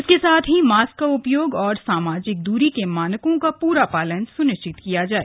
इसके साथ ही मास्क का उपयोग और सामाजिक द्वरी के मानकों का पूरा पालन सुनिश्चित किया जाए